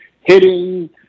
hitting